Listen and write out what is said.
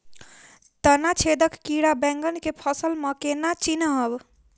तना छेदक कीड़ा बैंगन केँ फसल म केना चिनहब?